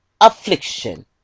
affliction